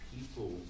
people